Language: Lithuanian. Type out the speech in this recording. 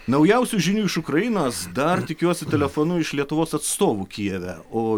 naujausių žinių iš ukrainos dar tikiuosi telefonu iš lietuvos atstovų kijeve o